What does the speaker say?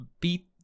beat